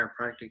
chiropractic